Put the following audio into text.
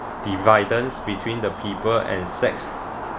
the violence between the people and sex